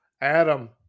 adam